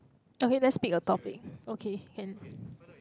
okay let's pick a topic okay can